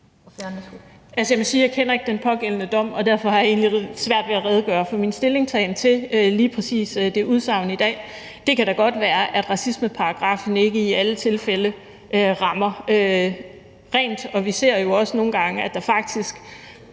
ikke kender til den pågældende dom, og derfor har jeg egentlig svært ved at redegøre for min stillingtagen til lige præcis det udsagn i dag. Det kan da godt være, at racismeparagraffen ikke i alle tilfælde rammer rent,